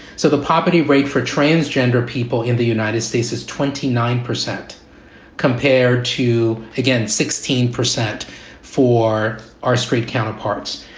so the poverty rate for transgender people in the united states is twenty nine percent compared to again, sixteen percent for our street counterparts.